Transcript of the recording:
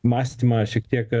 mąstymą šiek tiek